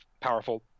powerful